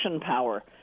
power